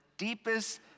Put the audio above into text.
deepest